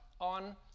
on